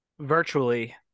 Virtually